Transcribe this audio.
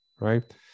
right